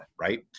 right